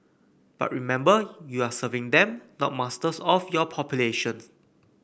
but remember you are serving them not masters of your populations